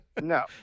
no